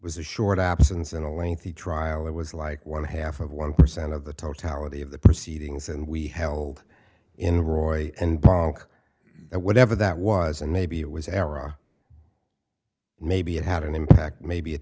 was a short absence in a lengthy trial that was like one half of one percent of the totality of the proceedings and we held in roy and broke that whatever that was and maybe it was an error maybe it had an impact maybe it